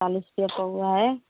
चालीस रुपये पौवा है